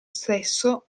stesso